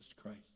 Christ